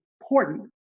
important